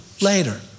later